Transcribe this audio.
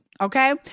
Okay